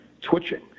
twitching